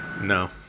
No